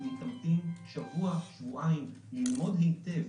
אם תמתין שבוע שבועיים ללמוד היטב,